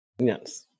Yes